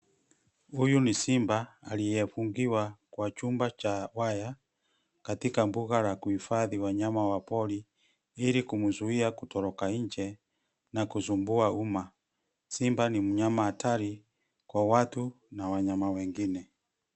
Huyu ni simba aliyefungiwa kwa chumba cha waya katika mbuga la kuhifadhi wanyama wa pori ili kumzuia kutoroka nje na kusumbua uma. Simba ni mnyama hatari kwa watu na wanyama wengine.